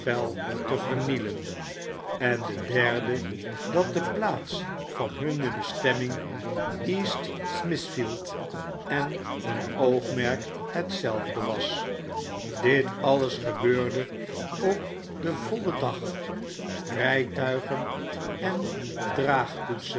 te vernielen en de derde dat de plaats van hunne bestemming east smithfield en hun oogmerk hetzelfde was dj alles gebeurde op den vollen dag rijtuigen en